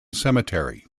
cemetery